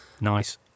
Nice